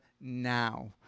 now